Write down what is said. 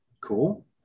Cool